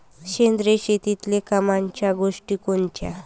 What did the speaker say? सेंद्रिय शेतीतले कामाच्या गोष्टी कोनच्या?